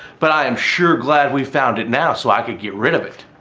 but i am sure glad we found it now, so i can get rid of it.